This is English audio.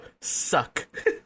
suck